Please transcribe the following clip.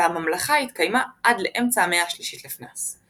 הממלכה התקיימה עד לאמצע המאה השלישית לפנה"ס.